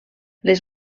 les